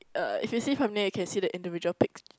uh if you see from near you can see the individual pix